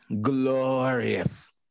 Glorious